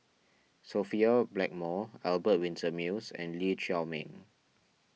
Sophia Blackmore Albert Winsemius and Lee Chiaw Meng